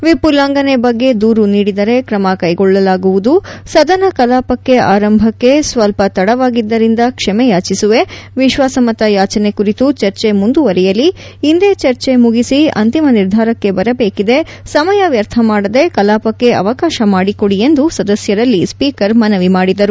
whip ಉಲ್ಲಂಘಂನೆ ಬಗ್ಗೆ ದೂರು ನೀಡಿದರೆ ಕ್ರಮ ಕೈಗೊಳ್ಳಲಾಗುವುದು ಸದನ ಕಲಾಪ ಆರಂಭಕ್ಕೆ ಸ್ವಲ್ವ ತಡವಾಗಿದ್ದರಿಂದ ಕ್ಷಮೆ ಯಾಚಿಸುವೆ ವಿಶ್ವಾಸಮತ ಯಾಚನೆ ಕುರಿತು ಚರ್ಚೆ ಮುಂದುವರೆಯಲಿ ಇಂದೇ ಚರ್ಚೆ ಮುಗಿಸಿ ಅಂತಿಮ ನಿರ್ಧಾರಕ್ಕೆ ಬರಬೇಕಿದೆ ಸಮಯ ವ್ಯರ್ಥ ಮಾಡದೆ ಕಲಾಪಕ್ಕೆ ಅವಕಾಶ ಮಾಡಿಕೊಡಿ ಎಂದು ಸದಸ್ಯರಲ್ಲಿ ಸೀಕರ್ ಮನವಿ ಮಾಡಿದರು